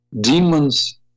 demons